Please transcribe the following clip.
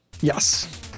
Yes